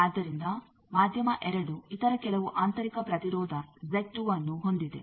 ಆದ್ದರಿಂದ ಮಾಧ್ಯಮ 2 ಇತರ ಕೆಲವು ಆಂತರಿಕ ಪ್ರತಿರೋಧ ಅನ್ನು ಹೊಂದಿದೆ